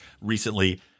recently